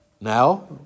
Now